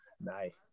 Nice